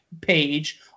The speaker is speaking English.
page